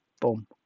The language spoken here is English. Boom